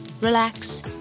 relax